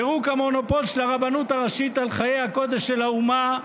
פירוק המונופול של הרבנות הראשית על חיי הקודש של האומה,